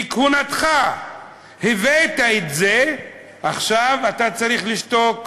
בכהונתך הבאת את זה, עכשיו אתה צריך לשתוק.